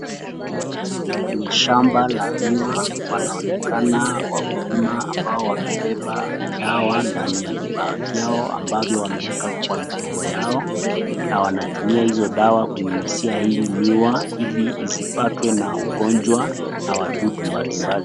Kwenye shamba la miwa, wanaonekana wakulima ambao wamebeba dawa ndani ya vibagi vyao ambavyo wameweka huku kwa migongo yao na wanatumia hizo dawa kunyunyuzia hii miwa ili zisipatwe na ugonjwa na wadudu mbali mbali.